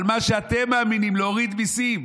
על מה שאתם מאמינים בו, להוריד מיסים.